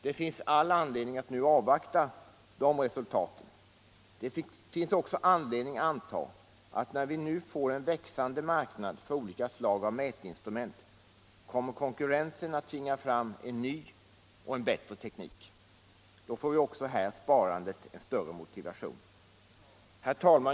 Det finns all anledning att avvakta de resultaten. Det finns också anledning anta att när vi nu får en växande marknad för olika slag av mätinstrument konkurrensen kommer att tvinga fram en ny och bättre teknik. Då får sparandet en större motivation. Herr talman!